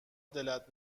دلت